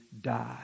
die